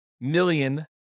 million